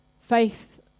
faith